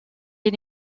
est